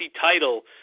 title